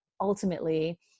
ultimately